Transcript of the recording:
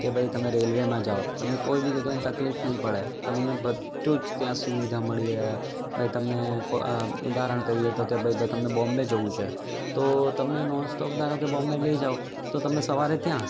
કે ભાઈ તમે રેલવેમાં જાઓ તમને કોઈ બી જગ્યાની તકલીફ નહીં પડે તમને બધું જ ત્યાં સુવિધા મળી રહે ભાઈ તમને ફ ઉદાહરણ કહીએ તો તમને ભાઈ બોમ્બે જવું છે તો તમે નોનસ્ટૉપ ધારો કે બોમ્બે વહી જાઓ તો તમે સવારે ત્યાં